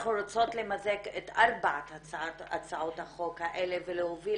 אנחנו רוצות למזג את ארבע הצעות החוק האלה ולהוביל